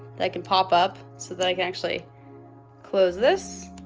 that can pop up so that i can actually close this,